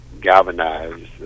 galvanize